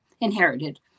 inherited